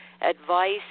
Advice